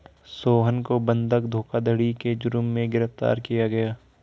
सोहन को बंधक धोखाधड़ी के जुर्म में गिरफ्तार किया गया